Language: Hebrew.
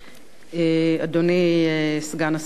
אדוני סגן השר,